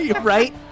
right